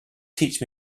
teach